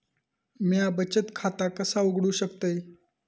म्या बचत खाता कसा उघडू शकतय?